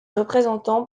représentants